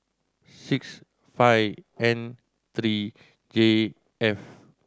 six five N three J F